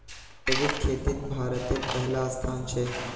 जैविक खेतित भारतेर पहला स्थान छे